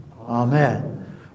amen